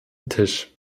tisch